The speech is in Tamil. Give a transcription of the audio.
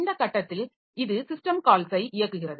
இந்த கட்டத்தில் இது சிஸ்டம் கால்ஸை இயக்குகிறது